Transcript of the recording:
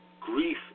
grief